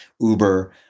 uber